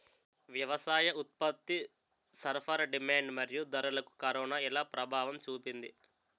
వ్యవసాయ ఉత్పత్తి సరఫరా డిమాండ్ మరియు ధరలకు కరోనా ఎలా ప్రభావం చూపింది